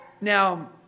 Now